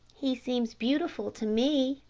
he seems beautiful to me,